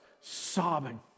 sobbing